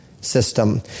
system